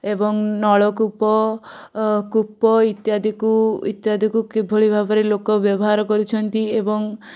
ଏବଂ ନଳକୂପ କୂପ ଇତ୍ୟାଦିକୁ ଇତ୍ୟାଦିକୁ କିଭଳି ଭାବରେ ଲୋକ ବ୍ୟବହାର କରୁଛନ୍ତି ଏବଂ